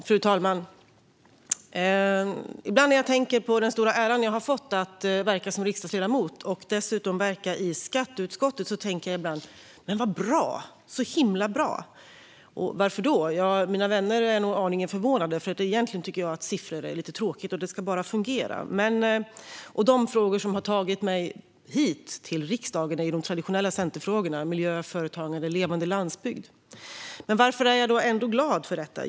Fru talman! Ibland när jag tänker på den stora äran jag har fått att verka som riksdagsledamot och dessutom i skatteutskottet tänker jag ibland: Vad bra! Varför då? Mina vänner är nog aningen förvånande, för egentligen tycker jag att siffror är lite tråkigt och bara ska fungera. De frågor som har tagit mig hit till riksdagen är de traditionella centerfrågorna miljö, företagande och levande landsbygd. Varför är jag då ändå glad för detta?